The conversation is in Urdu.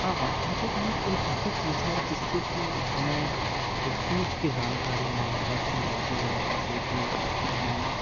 ہاں ہاں انٹرنیٹ ایک ایسی چیز ہے جس سے کہ ہمیں ہر چیز کی جانکاڑی معلومات ہو جاتی ہے جیسے کہ ہمیں